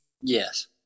Yes